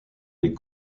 des